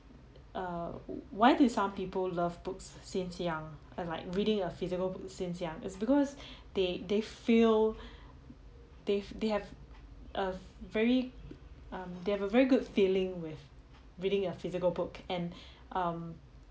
err why do some people love books since young and like reading a physical since young it's because they they feel they've they have a very um they have a very good feeling with reading a physical book and um